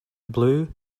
blue